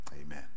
amen